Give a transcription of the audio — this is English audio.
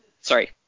sorry